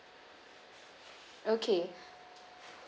okay